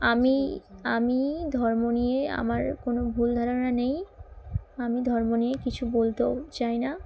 আমি আমি ধর্ম নিয়ে আমার কোনো ভুল ধারণা নেই আমি ধর্ম নিয়ে কিছু বলতেও চাই না